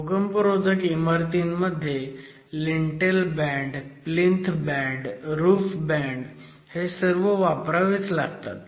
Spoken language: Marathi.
भूकंपरोधक इमारतींमध्ये lintel band plinth band roof band हे सर्व वापरावेच लागतात